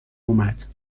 اومد